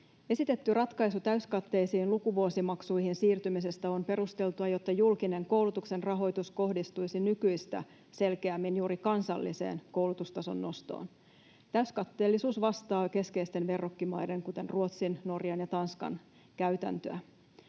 Esitetty ratkaisu täyskatteisiin lukuvuosimaksuihin siirtymisestä on perusteltu, jotta julkinen koulutuksen rahoitus kohdistuisi nykyistä selkeämmin juuri kansalliseen koulutustason nostoon. Täyskatteellisuus vastaa keskeisten verrokkimaiden, kuten Ruotsin, Norjan ja Tanskan, käytäntöä.